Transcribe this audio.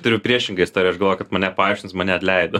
turiu priešingą istoriją aš galvojau kad mane paaukštins mane atleido